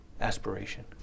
aspiration